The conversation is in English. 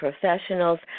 professionals